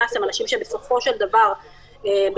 הם אנשים שבסופו של דבר -- -בעצם,